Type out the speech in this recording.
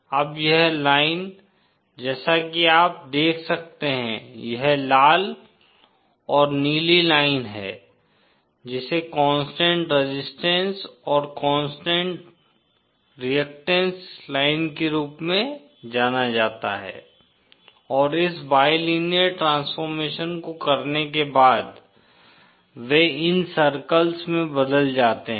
अब यह लाइन जैसा कि आप देख सकते हैं यह लाल और नीली लाइन है जिसे कांस्टेंट रेजिस्टेंस और कांस्टेंट रिअक्टैंस लाइन के रूप में जाना जाता है और इस बाइलिनेयर ट्रांसफॉर्मेशन को करने के बाद वे इन सर्कल्स में बदल जाते हैं